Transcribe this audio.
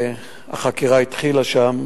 החקירה התחילה שם,